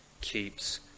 keeps